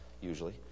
usually